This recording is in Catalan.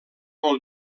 vol